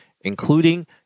including